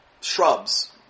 shrubs